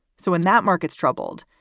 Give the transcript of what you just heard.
so in that market's troubled,